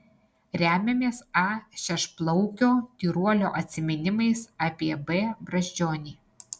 remiamės a šešplaukio tyruolio atsiminimais apie b brazdžionį